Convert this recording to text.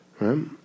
right